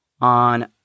on